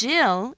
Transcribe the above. Jill